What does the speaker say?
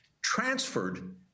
transferred